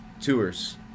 tours